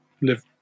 live